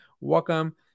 welcome